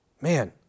Man